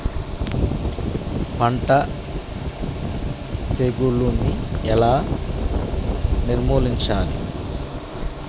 పంట తెగులుని ఎలా నిర్మూలించాలి?